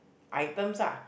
items ah